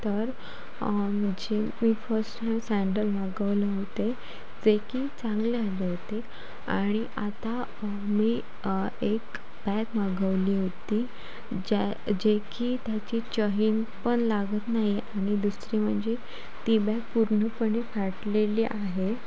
तर जे मी सॅन्डल मागवले होते जे की चांगले होते आणि आता मी एक बॅग मागवली होती ज्या जे की त्याची चहीन पण लागत नाही आहे आणि दुसरी म्हणजे ती बॅग पूर्णपणे फाटलेली आहे